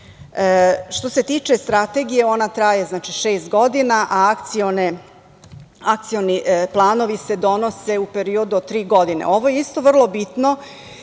se tiče Strategije, ona traje šest godina, a Akcioni planovi se donose u periodu od tri godine. Ovo je isto vrlo bitno,